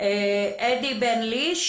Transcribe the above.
לאדי בן ליש